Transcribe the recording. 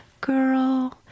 girl